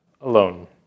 alone